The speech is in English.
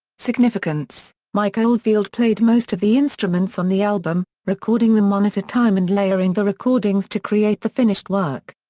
significance mike oldfield played most of the instruments on the album, recording them one at a time and layering the recordings to create the finished work.